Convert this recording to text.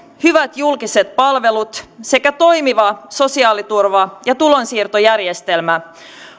hyvät julkiset palvelut sekä toimiva sosiaaliturva ja tulonsiirtojärjestelmä